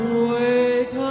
wait